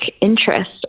interest